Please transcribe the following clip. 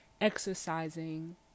exercising